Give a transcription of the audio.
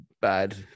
bad